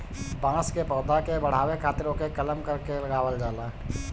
बांस के पौधा के बढ़ावे खातिर ओके कलम क के लगावल जाला